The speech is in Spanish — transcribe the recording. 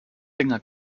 tenga